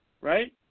right